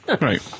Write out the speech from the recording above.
Right